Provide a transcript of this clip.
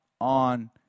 on